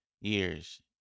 years